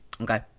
Okay